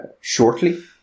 shortly